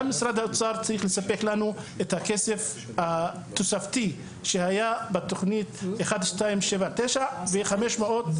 משרד האוצר צריך לספק לנו את הכסף התוספתי שהיה בתוכנית 1279 ו-500.